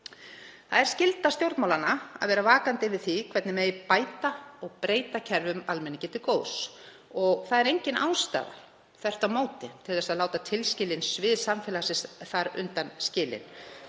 Það er skylda stjórnmálanna að vera vakandi yfir því hvernig megi bæta og breyta kerfum almenningi til góðs og það er engin ástæða, þvert á móti, til þess að láta tilskilin svið samfélagsins þar undanskilin.